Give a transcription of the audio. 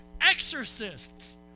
exorcists